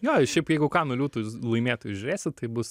jo šiaip jeigu kanų liūtus laimėtojus žiūrėsit tai bus